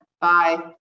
bye